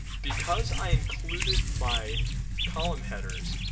because i included my column headers,